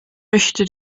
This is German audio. möchte